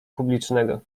publicznego